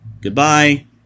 goodbye